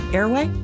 Airway